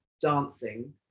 dancing